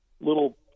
little